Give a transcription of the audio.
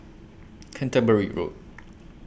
Canterbury Road